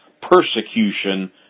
persecution